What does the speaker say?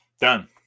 done